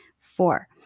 four